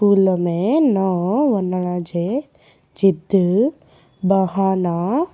school में ना वञण जे ज़िद बहाना